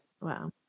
Wow